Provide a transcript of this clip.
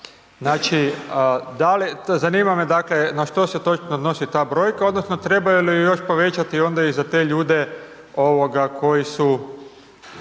zanima me dakle na što se točno odnosi ta brojka odnosno trebaju li još povećati onda i za te ljude koji su